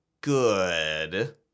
good